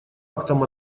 актом